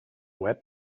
web